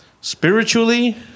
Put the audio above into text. spiritually